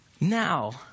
Now